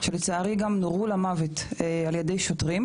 שלצערי גם נורו למוות על ידי שוטרים,